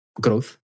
growth